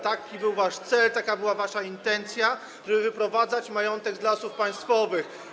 Taki był wasz cel, taka była wasza intencja, żeby wyprowadzać majątek z Lasów Państwowych.